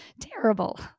terrible